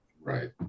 right